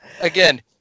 again